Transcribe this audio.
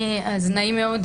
נעים מאוד,